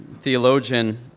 theologian